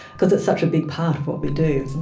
because it's such a big part of what we do. and